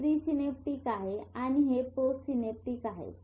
हे प्रीसिनेप्टिक आहे आणि हे पोस्टसिनेप्टिक आहे